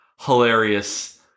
hilarious